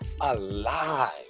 alive